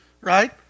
right